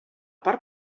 part